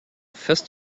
examples